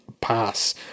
pass